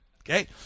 okay